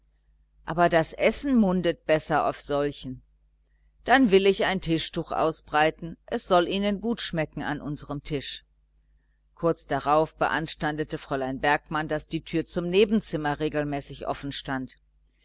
aber das essen mundet besser auf solchen dann will ich ein tischtuch ausbreiten es soll ihnen gut schmecken an unserem tisch kurz darauf beanstandete fräulein bergmann daß die türe zum nebenzimmer regelmäßig offen stand